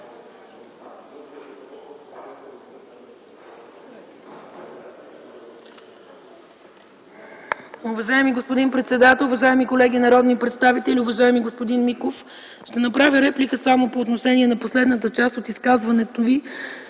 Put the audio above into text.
Уважаеми господин председател, уважаеми колеги народни представители! Уважаеми господин Миков, ще направя реплика само по отношение на последната част от изказването Ви